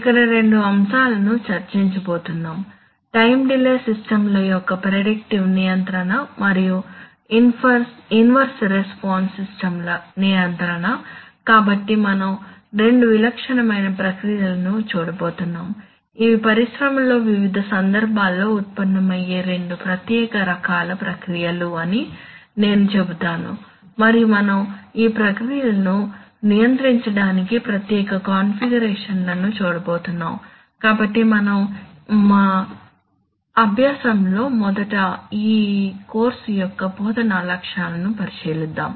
ఇక్కడ రెండు అంశాలను చర్చించబోతున్నాము టైం డిలే సిస్టమ్ ల యొక్క ప్రెడిక్టివ్ నియంత్రణ మరియు ఇన్వర్స్ రెస్పాన్స్ సిస్టమ్ ల నియంత్రణ కాబట్టి మనం రెండు విలక్షణమైన ప్రక్రియలను చూడబోతున్నాం ఇవి పరిశ్రమలో వివిధ సందర్భాల్లో ఉత్పన్నమయ్యే రెండు ప్రత్యేక రకాల ప్రక్రియ లు అని నేను చెబుతాను మరియు మనం ఈ ప్రక్రియలను నియంత్రించడానికి ప్రత్యేక కాన్ఫిగరేషన్లను చూడబోతున్నాము కాబట్టి మా అభ్యాసం లో మొదట ఈ కోర్సు యొక్క బోధనా లక్ష్యాలను పరిశీలిద్దాం